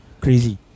crazy